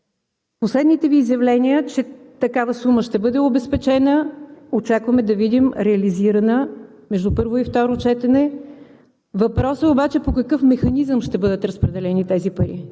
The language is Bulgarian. Последните Ви изявления, че такава сума ще бъде обезпечена очакваме да видим реализирана между първо и второ четене. Въпросът е обаче по какъв механизъм ще бъдат разпределени тези пари,